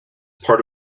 part